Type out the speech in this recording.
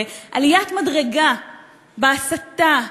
בעליית מדרגה בהסתה,